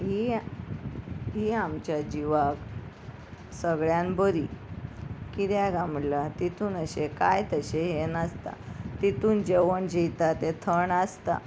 ही ही आमच्या जिवाक सगळ्यान बरी किद्याक म्हटल्या तितून अशें कांयत तशें हें नासता तितून जेवण जेता तें थंड आसता